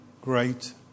great